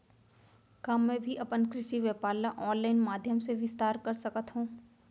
का मैं भी अपन कृषि व्यापार ल ऑनलाइन माधयम से विस्तार कर सकत हो?